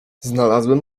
znalazłem